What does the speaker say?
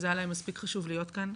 שהיה להם מספיק חשוב להיות כאן.